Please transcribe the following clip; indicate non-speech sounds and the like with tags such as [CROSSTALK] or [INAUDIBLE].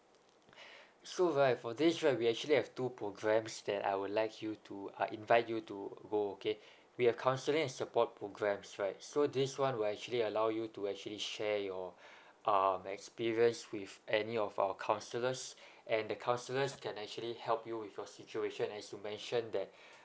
[BREATH] so right for this right we actually have two programmes that I would like you to ah invite you to go okay we have counselling and support programmes right so this one will actually allow you to actually share your [BREATH] um experience with any of our counsellors [BREATH] and the counsellors can actually help you with your situation as you mentioned that [BREATH]